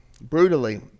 Brutally